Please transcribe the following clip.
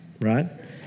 right